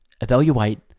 evaluate